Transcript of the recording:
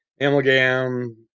amalgam